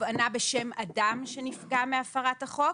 תובענה בשם אדם שנפגע מהפרת החוק.